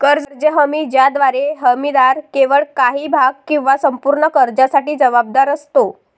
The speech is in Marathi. कर्ज हमी ज्याद्वारे हमीदार केवळ काही भाग किंवा संपूर्ण कर्जासाठी जबाबदार असतो